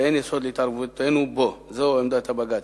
ואין יסוד להתערבותנו בו" זו עמדת הבג"ץ,